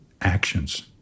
actions